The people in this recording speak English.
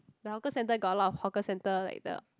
the hawker centre got a lot of hawker centre like the